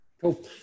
cool